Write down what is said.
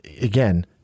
again